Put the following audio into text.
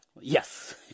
Yes